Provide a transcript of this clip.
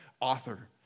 author